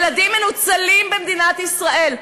ילדים מנוצלים במדינת ישראל.